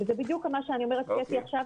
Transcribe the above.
מה שאני אומרת עכשיו,